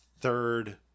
third